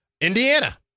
Indiana